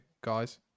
guys